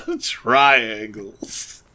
Triangles